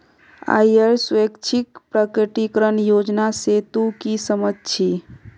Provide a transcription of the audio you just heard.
आइर स्वैच्छिक प्रकटीकरण योजना से तू की समझ छि